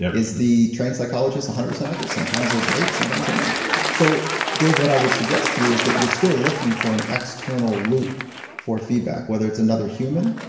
yeah is the trained psychologist one hundred percent accurate? sometimes they're great. sometimes they're not so, dave, what i would suggest to you is that you're still looking for an external loop for feedback whether it's another human,